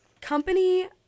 company